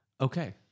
Okay